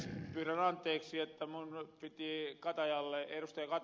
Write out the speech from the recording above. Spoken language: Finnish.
pyydän anteeksi että minun piti ed